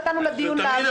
נתנו לדיון לעבור.